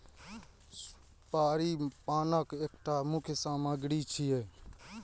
सुपारी पानक एकटा मुख्य सामग्री छियै